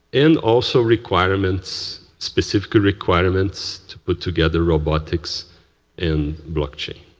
and, also, requirements, specific requirements, to put together robotics in blockchain.